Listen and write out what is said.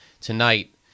tonight